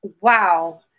Wow